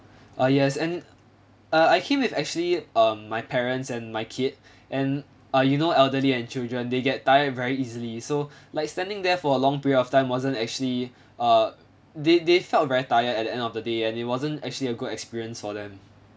ah yes and uh I came with actually uh my parents and my kid and ah you know elderly and children they get tired very easily so like standing there for a long period of time wasn't actually err they they felt very tired at the end of the day and it wasn't actually a good experience for them